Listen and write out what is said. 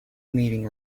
meeting